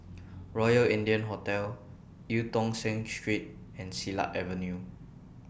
Royal India Hotel EU Tong Sen Street and Silat Avenue